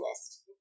list